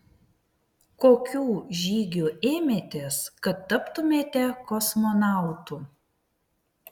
kokių žygių ėmėtės kad taptumėte kosmonautu